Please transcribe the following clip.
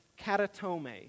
katatome